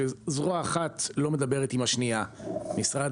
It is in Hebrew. שזרוע אחת לא מדברת עם השנייה: משרד